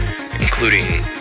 including